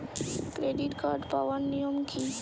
Credit card পাওয়ার নিয়ম কী?